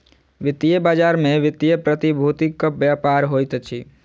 वित्तीय बजार में वित्तीय प्रतिभूतिक व्यापार होइत अछि